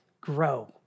grow